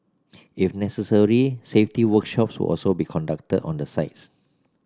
if necessary safety workshops will also be conducted on the sites